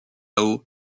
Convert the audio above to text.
haut